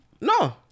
No